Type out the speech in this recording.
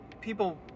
People